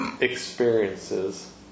experiences